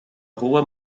rua